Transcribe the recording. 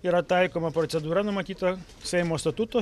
yra taikoma procedūra numatyta seimo statuto